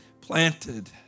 Planted